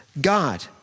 god